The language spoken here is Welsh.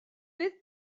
fydd